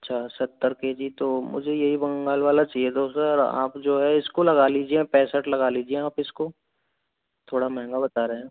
अच्छा सत्तर के जी तो मुझे यही बंगाल वाला चाहिए दो सर आप जो है इसको लगा लीजिए पैंसठ लगा लीजिए आप इसको थोड़ा महंगा बता रहे हैं